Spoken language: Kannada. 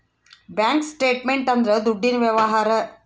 ಬ್ಯಾಂಕ್ ಸ್ಟೇಟ್ಮೆಂಟ್ ಅಂದ್ರ ದುಡ್ಡಿನ ವ್ಯವಹಾರ